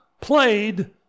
played